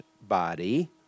body